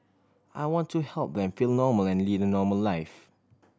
I want to help them feel normal and lead a normal life